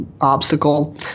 obstacle